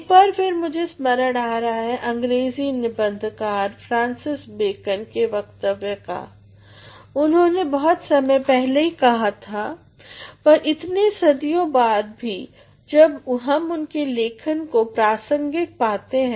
एक बार फिर मुझे स्मरण आ रहा अंग्रेजी निबंधकार फ्रांसिस बेकन के वक्तव्य का उन्होंने बहुत समय पहले कहा था पर इतने सदियों बाद भी हम उनके लेखन को प्रासंगिक पाते हैं